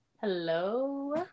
Hello